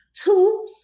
Two